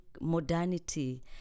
modernity